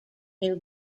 new